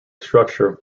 structure